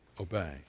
obey